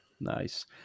nice